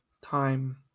Time